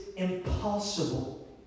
Impossible